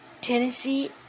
Tennessee